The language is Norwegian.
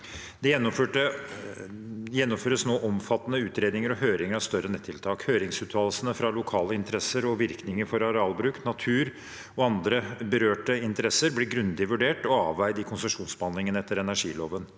Det gjennomføres nå omfattende utredninger og høringer av større nettiltak. Høringsuttalelsene fra lokale interesser og virkninger for arealbruk, natur og andre berørte interesser blir grundig vurdert og avveid i konsesjonsbehandlingen etter energiloven.